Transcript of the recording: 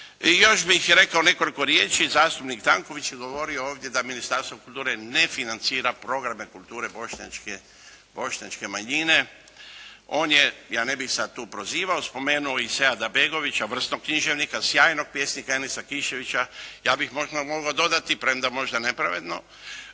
još bih rekao nekoliko riječi. Zastupnik Tanković je govorio ovdje da Ministarstvo kulture ne financira programe kulture bošnjačke manjine. On je, ja ne bih sada tu prozivao, spomenuo i Seada Begovića, vrsnog književnika, sjajnog pjesnika Enesa Kiševića. Ja bih možda mogao dodati, premda možda nepravedno,